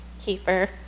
keeper